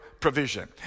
provision